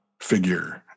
figure